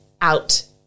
out